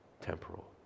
temporal